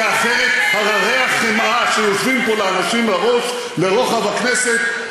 כי אחרת הררי החמאה שיושבים פה לאנשים על הראש לרוחב הכנסת,